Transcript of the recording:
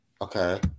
Okay